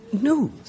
news